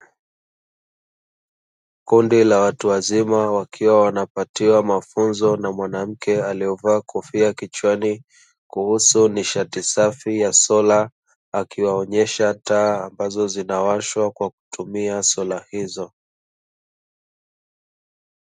Kundi la watu wazima, wakiwa wanapatiwa mafunzo na mwanamke aliyevaa kofia kichwani, kuhusu nishati safi ya sola, akiwaonyesha taa ambazo zinawashwa kwa kutumia sola hizo.